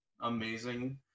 amazing